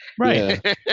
Right